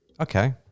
okay